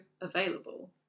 available